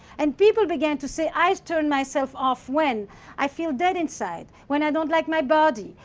and people began to say, i turn myself off when i feel dead inside, when i don't like my body,